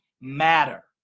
matter